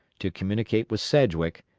to communicate with sedgwick,